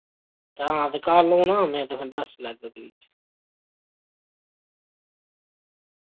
हां ते कल औना मैं तुसें दस लैगा गलीचे